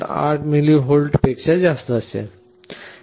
8 मिलीवॉल्टपेक्षा जास्त असेल